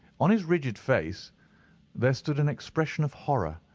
on his rigid face there stood an expression of horror,